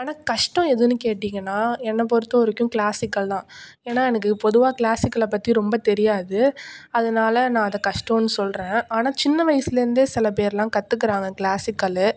ஆனால் கஷ்டம் எதுன்னு கேட்டீங்கனா என்ன பொருத்தவரைக்கும் கிளாசிக்கல் தான் ஏன்னா எனக்கு பொதுவாக கிளாசிக்கல்ல பற்றி ரொம்ப தெரியாது அதனால நான் அதை கஷ்டனு சொல்கிறேன் ஆனால் சின்ன வயதில் இருந்தே சில பேர்லாம் கற்றுக்கிறாங்க கிளாசிக்கல்